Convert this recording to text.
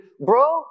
bro